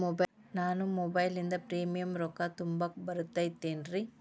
ನಾನು ಮೊಬೈಲಿನಿಂದ್ ಪ್ರೇಮಿಯಂ ರೊಕ್ಕಾ ತುಂಬಾಕ್ ಬರತೈತೇನ್ರೇ?